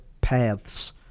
paths